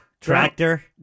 Tractor